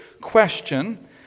question